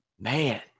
Man